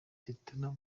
stella